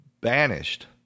banished